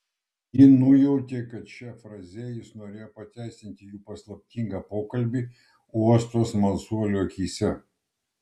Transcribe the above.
ji nujautė kad šia fraze jis norėjo pateisinti jų paslaptingą pokalbį uosto smalsuolių akyse